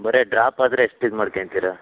ಬರಿ ಡ್ರಾಪ್ ಆದರೆ ಎಷ್ಟು ಇದು ಮಾಡ್ಕೊಂತಿರ